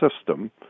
system